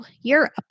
Europe